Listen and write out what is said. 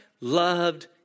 loved